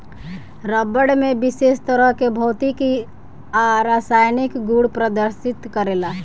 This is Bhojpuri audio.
रबड़ में विशेष तरह के भौतिक आ रासायनिक गुड़ प्रदर्शित करेला